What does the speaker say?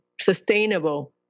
sustainable